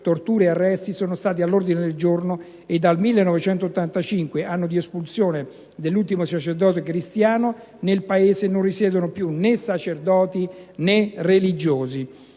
torture e arresti sono stati all'ordine del giorno e dal 1985, anno di espulsione dell'ultimo sacerdote cristiano, nel Paese non risiedono più né sacerdoti, né religiosi.